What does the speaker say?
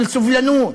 של סובלנות,